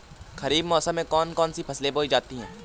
खरीफ मौसम में कौन कौन सी फसलें बोई जाती हैं?